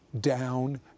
down